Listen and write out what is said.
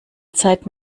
zeit